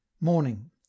morning